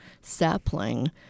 sapling